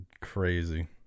crazy